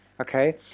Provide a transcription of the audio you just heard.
Okay